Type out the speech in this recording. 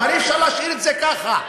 אבל אי-אפשר להשאיר את זה ככה.